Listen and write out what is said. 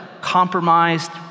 compromised